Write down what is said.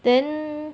then